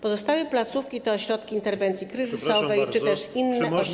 Pozostałe placówki to ośrodki interwencji kryzysowej czy też inne ośrodki.